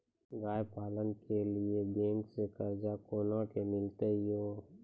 गाय पालन के लिए बैंक से कर्ज कोना के मिलते यो?